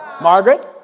Margaret